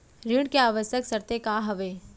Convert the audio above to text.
ऋण के आवश्यक शर्तें का का हवे?